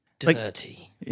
Dirty